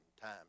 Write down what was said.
time